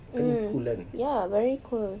mm ya very cool